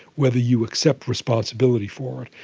whether you accept responsibility for it,